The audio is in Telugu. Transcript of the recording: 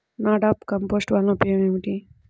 నాడాప్ కంపోస్ట్ వలన ఉపయోగం ఏమిటి?